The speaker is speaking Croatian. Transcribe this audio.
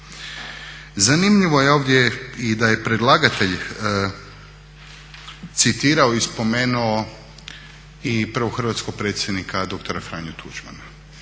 Zanimljivo je ovdje i da je predlagatelj citirao i spomenuo i prvog hrvatskog predsjednika dr. Franju Tuđmana.